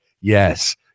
yes